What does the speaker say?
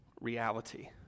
reality